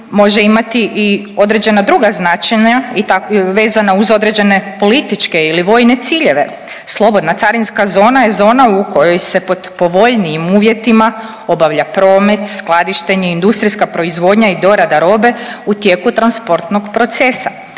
može imati i određena druga značenja vezana uz određene političke ili vojne ciljeve. Slobodna carinska zona je zona u kojoj se pod povoljnijim uvjetima obavlja promet, skladištenje, industrijska proizvodnja i dorada robe u tijeku transportnog procesa.